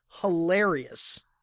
hilarious